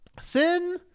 Sin